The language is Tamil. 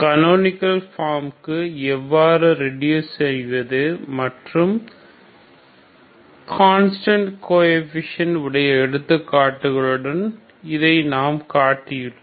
கனோனிகல் ஃபார்ம் க்கு எவ்வாறு ரெடியூஸ் செய்வது மற்றும் கன்ஸ்டன்ட் கோஎஃபீஷியன்ட் உடைய எடுத்துக்காட்டுடன் இதை நாம் காட்டினோம்